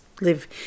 live